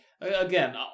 again